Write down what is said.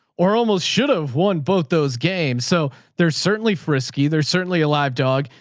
or almost should have won both those games. so there's certainly frisky. there's certainly a live dog.